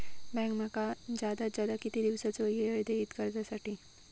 Bank माका जादात जादा किती दिवसाचो येळ देयीत कर्जासाठी?